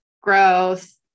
growth